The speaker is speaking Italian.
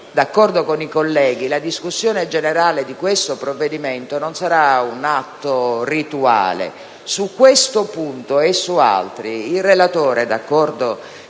d'accordo con i colleghi, la discussione generale di questo provvedimento non sarà un atto rituale. Su questo punto e su altri il relatore, d'accordo